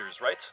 right